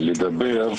לדבר.